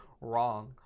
wrong